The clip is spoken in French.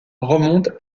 remonte